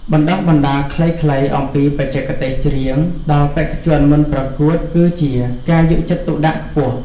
បណ្ដុះបណ្ដាលខ្លីៗអំពីបច្ចេកទេសច្រៀងដល់បេក្ខជនមុនប្រកួតគឺជាការយកចិត្តទុកដាក់ខ្ពស់។